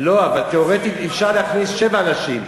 לא, אבל תיאורטית אפשר להכניס שבע נשים: